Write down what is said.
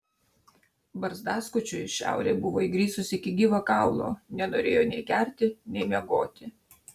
barzdaskučiui šiaurė buvo įgrisusi iki gyvo kaulo nenorėjo nei gerti nei miegoti